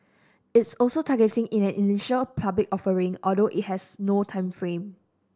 it's also targeting in an initial public offering although it has no time frame